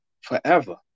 forever